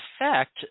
effect